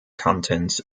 contents